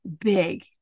big